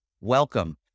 welcome